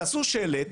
תעשו שלט: